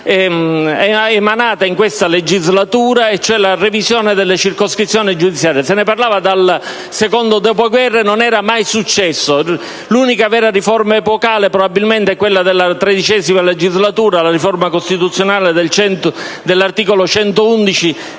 emanata in questa legislatura, cioè la revisione delle circoscrizioni giudiziarie. Se ne parlava dal secondo dopoguerra e non era mai successo. L'unica vera riforma epocale è probabilmente quella della XIII legislatura, la riforma costituzionale dell'articolo 111